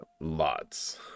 Lots